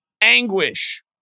anguish